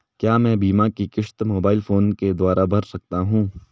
क्या मैं बीमा की किश्त मोबाइल फोन के द्वारा भर सकता हूं?